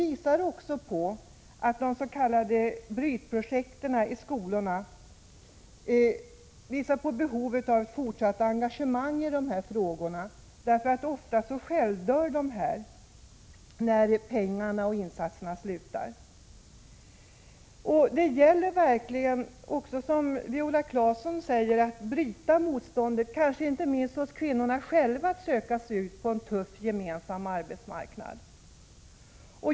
Inom de s.k. brytprojekten i skolorna behövs dock fortsatt engagemang i dessa frågor, eftersom projekten ofta självdör när insatser och pengarna tar slut. Det gäller verkligen också — som Viola Claesson säger — att bryta det motstånd som finns, kanske inte minst hos kvinnorna själva, att söka sig ut på en tuff gemensam arbetsmarknad.